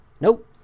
Nope